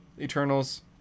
Eternals